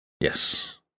Yes